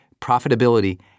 profitability